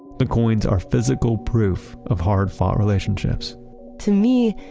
the coins are physical proof of hard-fought relationships to me,